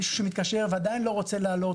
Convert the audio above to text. מישהו שמתקשר ועדיין לא רוצה לעלות,